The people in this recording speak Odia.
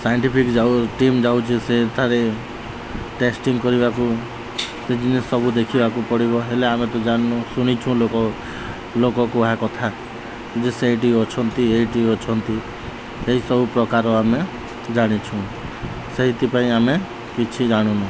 ସାଇଣ୍ଟିଫିକ୍ ଯାଉ ଟିମ୍ ଯାଉଛି ସେଠାରେ ଟେଷ୍ଟିଂ କରିବାକୁ ସେ ଜିନିଷ ସବୁ ଦେଖିବାକୁ ପଡ଼ିବ ହେଲେ ଆମେ ତ ଜାଣିନୁ ଶୁଣିଛୁ ଲୋକ ଲୋକ କହିଆ କଥା ଯେ ସେଇଠି ଅଛନ୍ତି ଏଇଠି ଅଛନ୍ତି ଏହିସବୁ ପ୍ରକାର ଆମେ ଜାଣିଛୁ ସେଇଥିପାଇଁ ଆମେ କିଛି ଜାଣୁନୁ